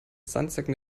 sandsäcken